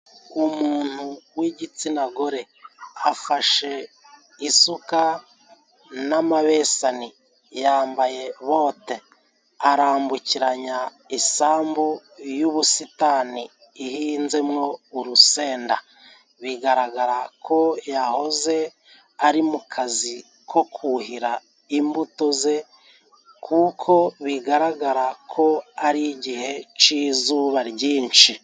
Umuntu w'igitsina gore afashe isuka n'amabesani yambaye bote arambukiranya isambu y'ubusitani ihinzemo urusenda bigaragara ko yahoze ari mu kazi ko kuhira imbuto ze kuko bigaragara ko ari igihe c'izuba ryinshi.